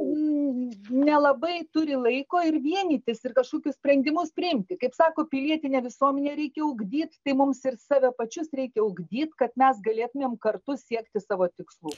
nelabai turi laiko ir vienytis ir kažkokius sprendimus priimti kaip sako pilietinę visuomenę reikia ugdyt tai mums ir save pačius reikia ugdyti kad mes galėtumėm kartu siekti savo tikslų